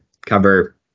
cover